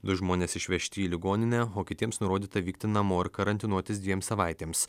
du žmonės išvežti į ligoninę o kitiems nurodyta vykti namo ir karantinuotis dviem savaitėms